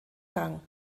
rang